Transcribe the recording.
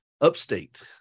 upstate